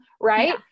right